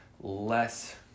less